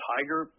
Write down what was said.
Tiger